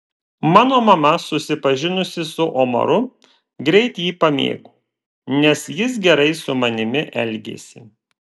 mano mama susipažinusi su omaru greit jį pamėgo nes jis gerai su manimi elgėsi